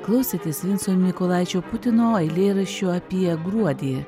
klausėtės vinco mykolaičio putino eilėraščio apie gruodį